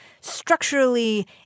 Structurally